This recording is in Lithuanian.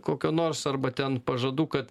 kokio nors arba ten pažadų kad